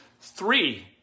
three